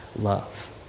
love